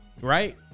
right